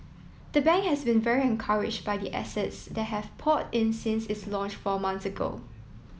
the bank has been very encouraged by the assets that have poured in since its launch four months ago